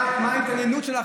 מה זה חשוב לכם